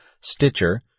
Stitcher